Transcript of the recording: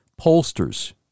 Pollsters